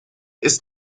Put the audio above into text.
ist